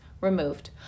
Removed